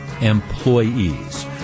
employees